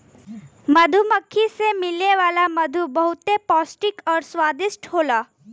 मधुमक्खी से मिले वाला मधु बहुते पौष्टिक आउर स्वादिष्ट होला